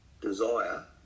desire